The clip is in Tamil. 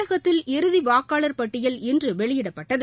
தமிழகத்தில் இறுதி வாக்காளர் பட்டியல் இன்று வெளியிடப்பட்டது